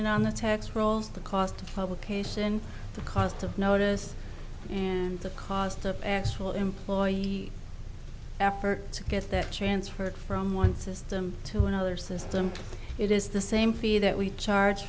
it on the tax rolls the cost of a case and the cost of notice and the cost of actual employee effort to get that transferred from one system to another system it is the same fee that we charge